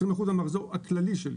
20 אחוזים המחזור הכללי שלי.